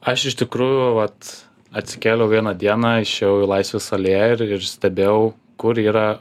aš iš tikrųjų vat atsikėliau vieną dieną išėjau į laisvės alėją ir ir stebėjau kur yra